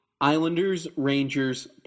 Islanders-Rangers